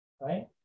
Right